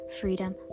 freedom